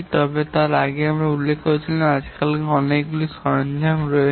তবে আমি আগে যেমন উল্লেখ করছিলাম আজকাল অনেকগুলি সরঞ্জাম রয়েছে